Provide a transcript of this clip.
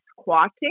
squatting